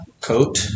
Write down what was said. coat